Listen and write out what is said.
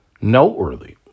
noteworthy